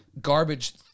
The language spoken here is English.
garbage